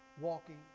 walking